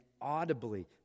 audibly